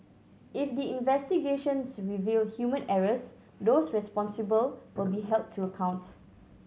if the investigations reveal human errors those responsible will be held to account